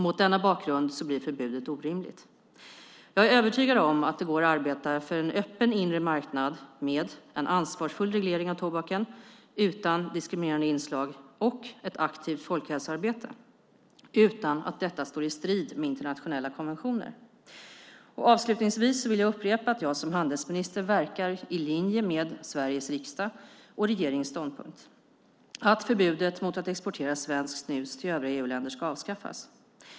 Mot denna bakgrund blir förbudet orimligt. Jag är övertygad om att det går att arbeta för en öppen inre marknad med en ansvarsfull reglering av tobaken, utan diskriminerande inslag, och ett aktivt folkhälsoarbete, utan att detta står i strid med internationella konventioner. Avslutningsvis vill jag upprepa att jag som handelsminister verkar i linje med Sveriges riksdags och regerings ståndpunkt "att förbudet mot att exportera svenskt snus till övriga EU-länder ska avskaffas".